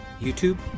YouTube